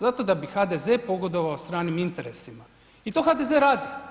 Zato da bi HDZ pogodovao stranim interesima i to HDZ radi.